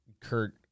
Kurt